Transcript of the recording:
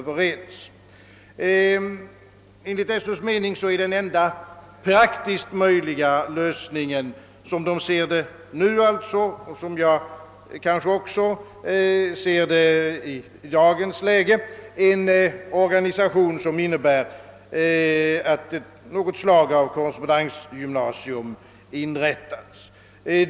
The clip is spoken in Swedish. Enligt Sö:s mening är den enda praktiskt möjliga lösningen i dagens läge — och den uppfattningen tror jag mig kunna dela — en organisation som innebär att något slag av korrespondensgymnasium inrättas.